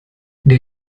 der